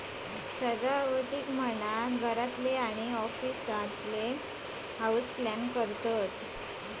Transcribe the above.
सजावटीक म्हणान घरात आणि ऑफिसातल्यानी हाऊसप्लांट करतत